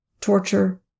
torture